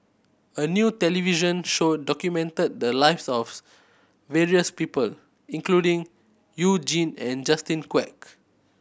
a new television show documented the lives of various people including You Jin and Justin Quek